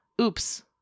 oops